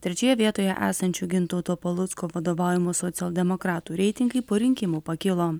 trečioje vietoje esančių gintauto palucko vadovaujamų socialdemokratų reitingai po rinkimų pakilo